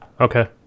okay